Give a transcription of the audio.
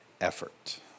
effort